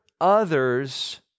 others